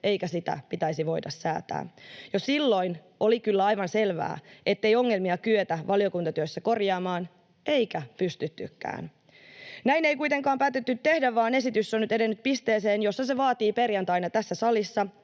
eikä sitä pitäisi voida säätää. Jo silloin oli kyllä aivan selvää, ettei ongelmia kyetä valiokuntatyössä korjaamaan, eikä pystyttykään. Näin ei kuitenkaan päätetty tehdä, vaan esitys on nyt edennyt pisteeseen, jossa se vaatii perjantaina tässä salissa